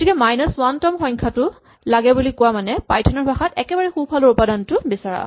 গতিকে minus one তম সংখ্যাটো লাগে বুলি কোৱা মানে পাইথন ৰ ভাষাত একেবাৰে সোঁফালৰ উপাদানটো বিচৰা